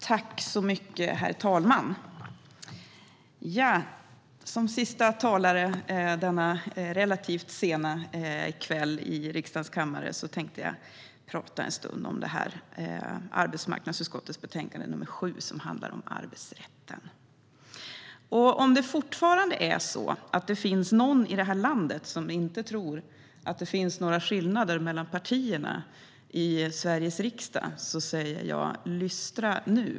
Herr talman! Som sista talare denna relativt sena kväll i riksdagens kammare tänkte jag prata en stund om arbetsmarknadsutskottets betänkande nr 7, som handlar om arbetsrätt. Om det fortfarande finns någon i det här landet som inte tror att det finns skillnader mellan partierna i Sveriges riksdag säger jag: Lystra nu!